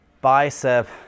bicep